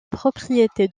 propriété